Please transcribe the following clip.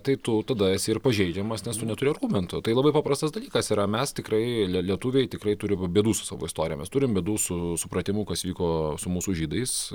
tai tu tada esi ir pažeidžiamas nes tu neturi argumentų tai labai paprastas dalykas yra mes tikrai lie lietuviai tikrai turim bėdų su savo istorija mes turim bėdų su supratimu kas vyko su mūsų žydais